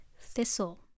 thistle